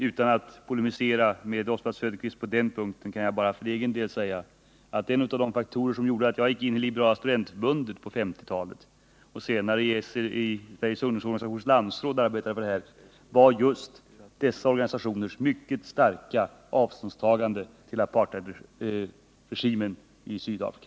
Utan att polemisera mot Oswald Söderqvist på den punkten kan jag bara för egen del säga att en av de faktorer som gjorde att jag gick in i liberala studentförbundet på 1950-talet och senare arbetade för detta i Sveriges ungdomsorganisationers landsråd var just dessa organisationers mycket starka avståndstaganden från apartheidregimen i Sydafrika.